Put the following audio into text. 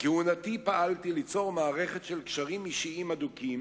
בכהונתי פעלתי ליצור מערכת של קשרים אישיים הדוקים